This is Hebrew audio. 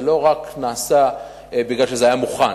זה לא רק נעשה מכיוון שזה היה מוכן.